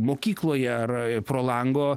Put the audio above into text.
mokykloje ar e pro lango